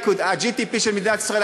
ה-GDP של מדינת ישראל,